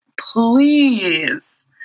please